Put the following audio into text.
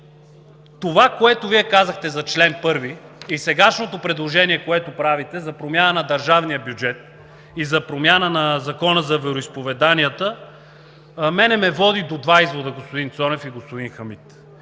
Това, което Вие казахте за чл. 1, и сегашното предложение, което правите за промяна на държавния бюджет и за промяна на Закона за вероизповеданията, мен ме води до два извода, господин Цонев и господин Хамид.